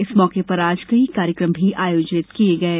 इस मौके पर आज कई कार्यक्रम भी आयोजित किये गये